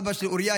אבא של אוריה,